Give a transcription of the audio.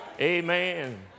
Amen